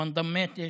להלן תרגומם: